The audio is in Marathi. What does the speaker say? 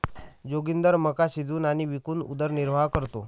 जोगिंदर मका शिजवून आणि विकून उदरनिर्वाह करतो